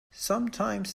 sometimes